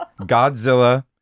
godzilla